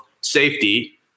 safety